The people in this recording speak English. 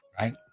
Right